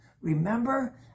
Remember